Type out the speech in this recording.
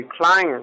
decline